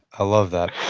i love that.